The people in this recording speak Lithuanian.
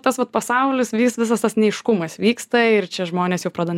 tas vat pasaulis visas tas neaiškumas vyksta ir čia žmonės jau pradeda